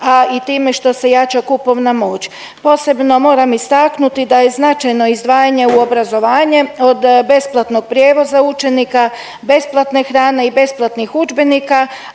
a i time što se jača kupovna moć. Posebno moram istaknuti da je značajno izdvajanje u obrazovanje od besplatnog prijevoza učenika, besplatne hrane i besplatnih udžbenika,